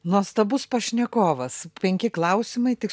nuostabus pašnekovas penki klausimai tik